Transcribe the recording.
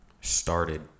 started